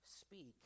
speak